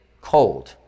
cold